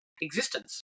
existence